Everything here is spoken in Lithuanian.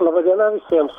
laba diena visiems